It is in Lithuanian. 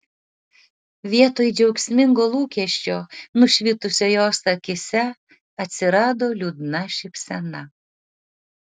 vietoj džiaugsmingo lūkesčio nušvitusio jos akyse atsirado liūdna šypsena